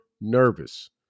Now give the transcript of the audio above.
nervous